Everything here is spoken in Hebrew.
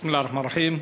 בסם אללה א-רחמאן א-רחים.